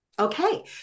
Okay